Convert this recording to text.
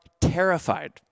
terrified